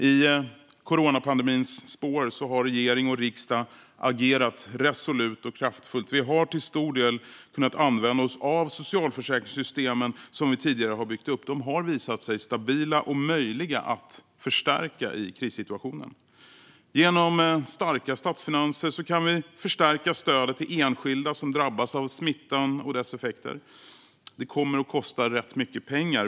I coronapandemins spår har regering och riksdag agerat resolut och kraftfullt. Vi har till stor del kunnat använda oss av de socialförsäkringssystem som vi tidigare har byggt upp. De har visat sig vara stabila och möjliga att förstärka i krissituationen. Genom starka statsfinanser kan vi förstärka stödet till enskilda som drabbas av smittan och dess effekter. Det kommer att kosta mycket pengar.